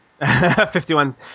51